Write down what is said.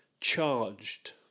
charged